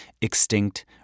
extinct